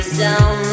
down